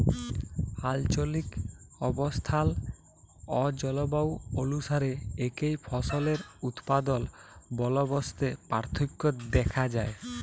আলচলিক অবস্থাল অ জলবায়ু অলুসারে একই ফসলের উৎপাদল বলদবস্তে পার্থক্য দ্যাখা যায়